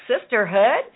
Sisterhood